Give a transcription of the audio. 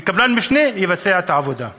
וקבלן משנה יבצע את העבודה הלא-כשרה.